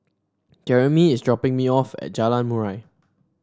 Jermey is dropping me off at Jalan Murai